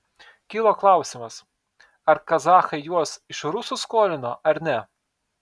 kilo klausimas ar kazachai juos iš rusų skolino ar ne